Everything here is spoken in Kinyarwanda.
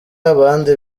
abandi